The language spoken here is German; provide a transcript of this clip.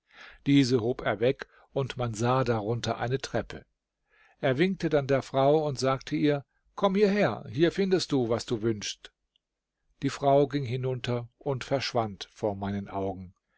diese hob er weg und man sah darunter eine treppe er winkte dann der frau und sagte ihr komm hierher hier findest du was du wünschst die frau ging hinunter und verschwand vor meinen augen